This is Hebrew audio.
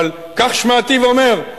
אבל כך שמעתיו אומר,